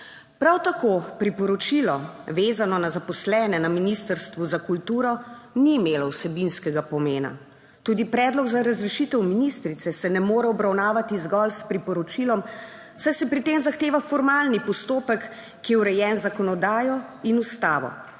Prav tako priporočilo, vezano na zaposlene na Ministrstvu za kulturo, ni imelo vsebinskega pomena. Tudi predlog za razrešitev ministrice se ne more obravnavati zgolj s priporočilom, saj se pri tem zahteva formalni postopek, ki je urejen z zakonodajo in Ustavo.